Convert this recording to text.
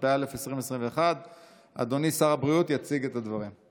התשפ"א 2021. אדוני שר הבריאות יציג את הדברים.